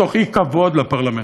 מתוך אי-כבוד לפרלמנט.